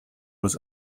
was